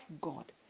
God